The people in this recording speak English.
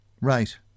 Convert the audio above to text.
Right